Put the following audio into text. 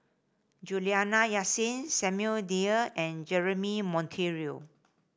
Juliana Yasin Samuel Dyer and Jeremy Monteiro